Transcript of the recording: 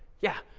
yeah.